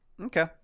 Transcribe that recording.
Okay